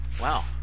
Wow